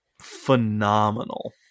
phenomenal